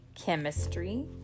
Chemistry